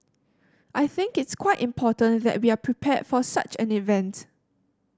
I think it's quite important that we are prepared for such an event